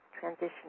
Transition